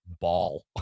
ball